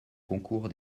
concours